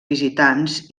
visitants